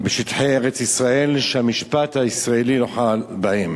בשטחי ארץ-ישראל שהמשפט הישראלי לא חל בהם.